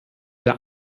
der